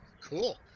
cool